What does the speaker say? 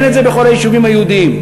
אין בכל היישובים היהודיים,